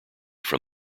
from